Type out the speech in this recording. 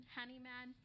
Honeyman